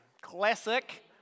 classic